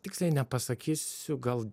tiksliai nepasakysiu gal